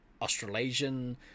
australasian